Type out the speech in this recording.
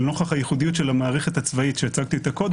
לנוכח הייחודיות של המערכת הצבאית שהצגתי אותה קודם,